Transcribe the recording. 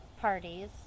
parties